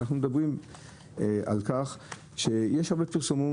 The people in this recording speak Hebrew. אנחנו מדברים על כך שיש הרבה פרסומים